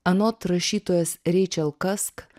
anot rašytojos reičel kask